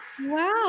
Wow